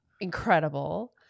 Incredible